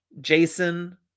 Jason